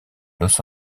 los